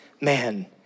man